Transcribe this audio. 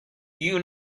you